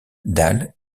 dale